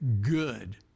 good